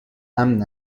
امن